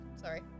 sorry